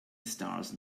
stars